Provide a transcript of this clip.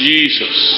Jesus